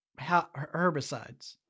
herbicides